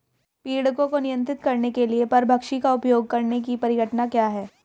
पीड़कों को नियंत्रित करने के लिए परभक्षी का उपयोग करने की परिघटना क्या है?